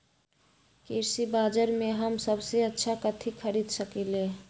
कृषि बाजर में हम सबसे अच्छा कथि खरीद सकींले?